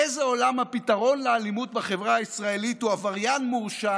באיזה עולם הפתרון לאלימות בחברה הישראלית הוא עבריין מורשע